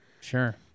sure